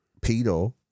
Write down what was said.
pedo